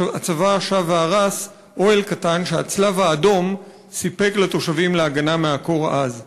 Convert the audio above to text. הצבא שב והרס אוהל קטן שהצלב האדום סיפק לתושבים להגנה מהקור העז.